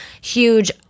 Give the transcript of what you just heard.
huge